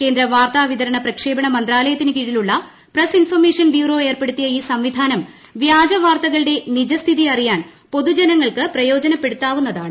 കേന്ദ്ര വാർത്താവിതരണ പ്രക്ഷേപണ മന്ത്രാലയത്തിനു കീഴിലുള്ള പ്രസ് ഇൻഫർമേഷൻ ബ്യൂറോ ഏർപ്പെടുത്തിയ ഈ സംവിധാനം വ്യാജ വാർത്തകളുടെ നിജസ്ഥിതി അറിയാൻ പൊതുജനങ്ങൾക്ക് പ്രയോജനപ്പെടുത്താവുന്നതാണ്